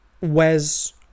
Wes